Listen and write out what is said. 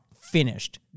Finished